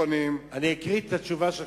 אקריא את התשובה שלך,